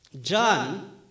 John